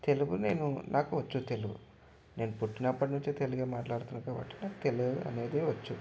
తెలుగు నేను నాకు వచ్చు తెలుగు నేను పుట్టిన అప్పటి నుంచి తెలుగు మాట్లాడుతున్నాను కాబట్టి తెలుగు అనేది వచ్చు